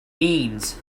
means